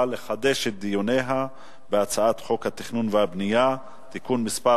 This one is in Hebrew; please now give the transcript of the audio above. לחדש את דיוניה בהצעת חוק התכנון והבנייה (תיקון מס'